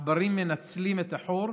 העכברים מנצלים את החור,